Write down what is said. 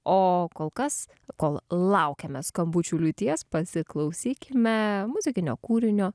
o kol kas kol laukiame skambučių liūties pasiklausykime muzikinio kūrinio